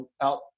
out